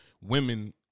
women